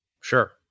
Sure